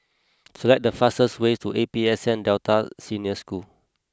select the fastest way to A P S N Delta Senior School